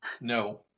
No